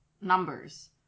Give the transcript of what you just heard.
numbers